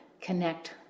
connect